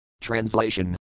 Translation